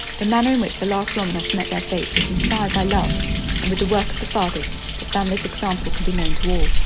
the manner in which the last romanovs met their fate was inspired by love and with the work of the fathers the family's example can be known to all.